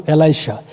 Elisha